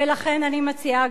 ולכן אני מציעה,